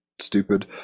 stupid